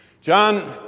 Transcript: John